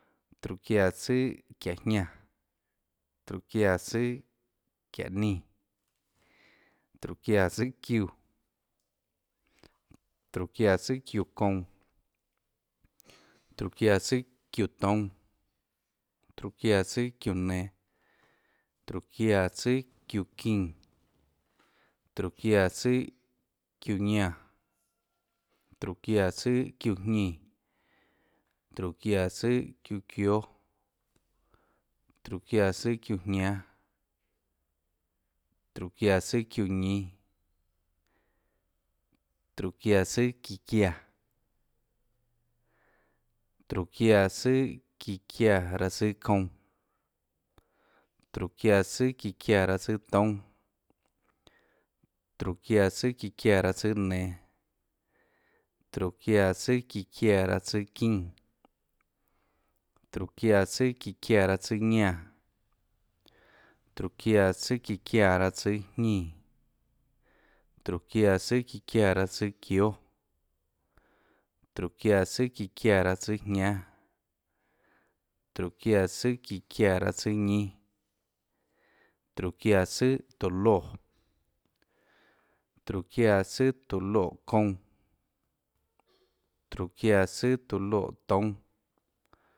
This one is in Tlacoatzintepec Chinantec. Tróhå çiáã tsùâ çiáhå jñánâ, tróhå çiáã tsùâ çiáhå ñínâ, tróhå çiáã tsùâ çiúã, tróhå çiáã tsùâ çiúã kounã, tróhå çiáã tsùâ çiúã toúnâ, tróhå çiáã tsùâ çiúã nenå, tróhå çiáã tsùâ çiúã çínã, tróhå çiáã tsùâ çiúã ñánã, tróhå çiáã tsùâ çiúã jñínã, tróhå çiáã tsùâ çiúã çióâ, tróhå çiáã tsùâ çiúãjñánâ, tróhå çiáã tsùâ ñínâ, tróhå çiáã tsùà çiã çiáã, tróhå çiáã tsùâ çíã çiáã raâ tsùâ kounã, tróhå çiáã tsùâ çíã çiáã raâ tsùâ toúnâ, tróhå çiáã tsùâ çíã çiáã raâ tsùâ nenå, tróhå çiáã tsùâ çíã çiáã raâ tsùâ çínã, tróhå çiáã tsùâ çíã çiáã raâ tsùâ ñánã, tróhå çiáã tsùâ çíã çiáã raâ tsùâ jñínã, tróhå çiáã tsùâ çíã çiáã raâ tsùâ çióâ, tróhå çiáã tsùâ çíã çiáã raâ tsùâjñánâ, tróhå çiáã tsùâ çíã çiáã raâ tsùâ ñínâ, tróhå çiáã tsùà tóhå loè, tróhå çiáã tsùâ tóå loè kounã, tróhå çiáã tsùâ tóå loè toúnâ.